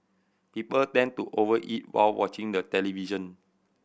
people tend to overeat while watching the television